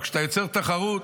כשאתה יוצר תחרות,